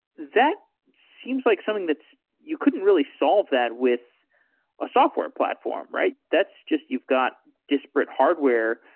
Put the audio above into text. that seems like something that's you couldn't really solve that with a software platform, right? that's just you've got disparate hardware.